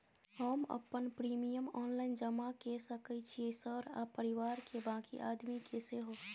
हम अपन premium online जमा के सके छियै सर आ परिवार के बाँकी आदमी के सेहो?